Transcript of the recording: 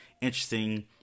interesting